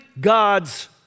God's